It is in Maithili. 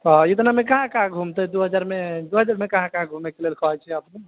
हॅं इतना मे कहाँ कहाँ घुमतै दू हजारमे दू हजारमे कहाँ कहाँ घुमैके लेल कहै छियै अपने